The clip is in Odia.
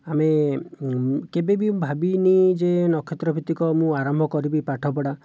ଆମେ କେବେ ବି ମୁଁ ଭାବିନାହିଁ ଯେ ନକ୍ଷତ୍ର ଭିତ୍ତିକ ମୁଁ ଆରମ୍ଭ କରିବି ପାଠପଢ଼ା